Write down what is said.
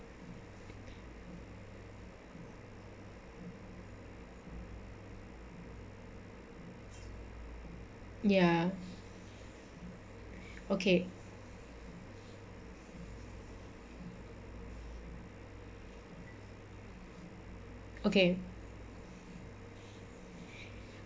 ya okay okay